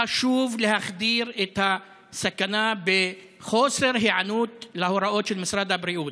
חשוב להחדיר את הסכנה בחוסר היענות להוראות של משרד הבריאות,